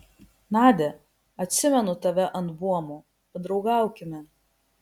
nadia atsimenu tave ant buomo padraugaukime